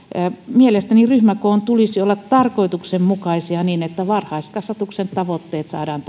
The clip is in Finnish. mielestäni ryhmäkoiden tulisi olla tarkoituksenmukaisia niin että varhaiskasvatuksen tavoitteet saadaan